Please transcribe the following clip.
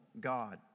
God